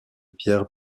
pierre